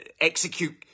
execute